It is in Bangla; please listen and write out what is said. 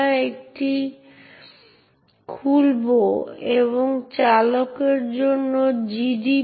কিন্তু তারপর আমি এই নির্দিষ্ট ফাইলটি খুলতে পারি এবং সেই ফাইল বর্ণনাকারীকে একটি সাধারণ ব্যবহারকারীর কাছে পাঠাতে পারি যিনি এখন এই সাধারণ ব্যবহারকারী নন